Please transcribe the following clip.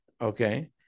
Okay